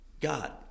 God